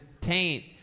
taint